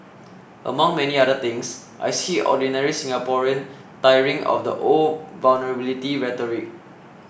among many other things I see ordinary Singaporean tiring of the old vulnerability rhetoric